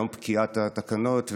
יום פקיעת התקנות.